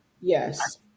yes